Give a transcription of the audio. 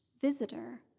visitor